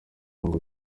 ngo